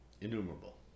innumerable